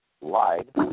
lied